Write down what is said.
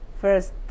first